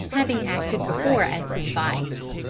having acted before as his vice.